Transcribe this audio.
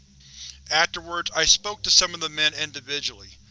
afterwards, i spoke to some of the men individually.